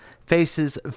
faces